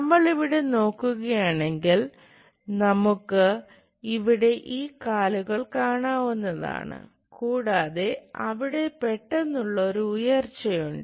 നമ്മൾ ഇവിടെ നോക്കുകയാണെങ്കിൽ നമുക്ക് ഇവിടെ ഈ കാലുകൾ കാണാവുന്നതാണ് കൂടാതെ അവിടെ പെട്ടെന്നുള്ള ഒരു ഉയർച്ച ഉണ്ട്